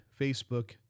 Facebook